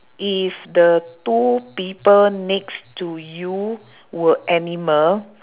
if the two people next to you were animal